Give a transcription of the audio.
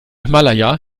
himalaya